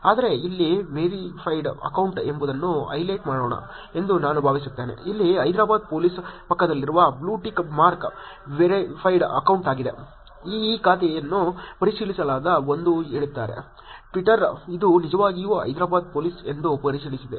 ಆದರೆ ಇಲ್ಲಿ verified account ಏನೆಂಬುದನ್ನು ಹೈಲೈಟ್ ಮಾಡೋಣ ಎಂದು ನಾನು ಭಾವಿಸುತ್ತೇನೆ ಇಲ್ಲಿ ಹೈದರಾಬಾದ್ ಪೋಲೀಸ್ ಪಕ್ಕದಲ್ಲಿರುವ blue tick mark verified account ಆಗಿದೆ ಈ ಖಾತೆಯನ್ನು ಪರಿಶೀಲಿಸಲಾಗಿದೆ ಎಂದು ಹೇಳುತ್ತಾರೆ ಟ್ವಿಟರ್ ಇದು ನಿಜವಾಗಿಯೂ ಹೈದರಾಬಾದ್ ಪೊಲೀಸ್ ಎಂದು ಪರಿಶೀಲಿಸಿದೆ